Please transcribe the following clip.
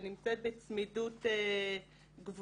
שנמצאת בצמידות גבוהה,